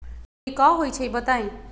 सुडी क होई छई बताई?